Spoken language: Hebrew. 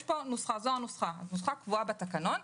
זו הנוסחה הקבועה בתקנון.